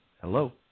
Hello